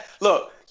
Look